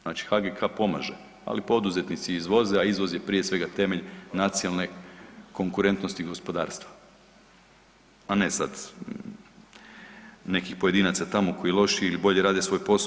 Znači HGK pomaže, ali poduzetnici izvoze, a izvoz je prije svega temelj nacionalne konkurentnosti i gospodarstva, a ne sad nekih pojedinaca tamo koji lošije ili bolje rade svoj posao.